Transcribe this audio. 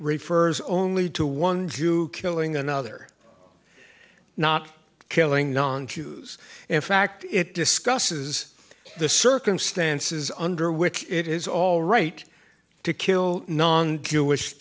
refers only to one jew killing another not killing non jews in fact it discusses the circumstances under which it is all right to kill non jewish